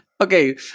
Okay